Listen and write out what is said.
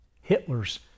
Hitler's